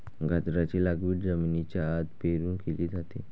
गाजराची लागवड जमिनीच्या आत पेरून केली जाते